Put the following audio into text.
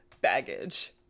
baggage